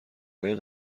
های